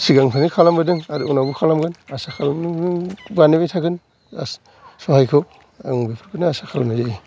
सिगांनि फ्रायनो खालामबोदों आरो उनावबो खालामगोन आसा खालामनानै थागोन सहायखौ आं बिखौनो आसा खालामनाय जायो